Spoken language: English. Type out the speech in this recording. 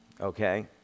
Okay